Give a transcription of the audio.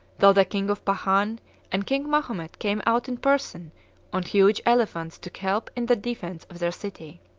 though the king of pahang and king mahomet came out in person on huge elephants to help in the defence of their city.